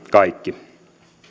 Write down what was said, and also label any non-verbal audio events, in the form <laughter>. <unintelligible> kaikki